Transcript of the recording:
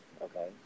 Okay